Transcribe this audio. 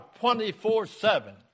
24-7